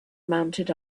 mounted